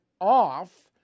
off